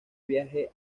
viaje